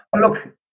Look